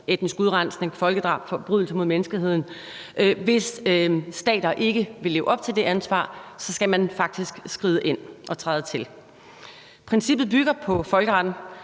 etnisk udrensning, folkedrab og forbrydelser mod menneskeheden. Hvis stater ikke vil leve op til det ansvar, skal man faktisk skride ind og træde til. Princippet bygger på folkeretten.